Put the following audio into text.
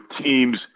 teams